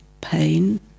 pain